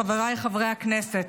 חבריי חברי הכנסת,